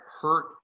hurt